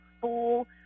full